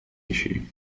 issue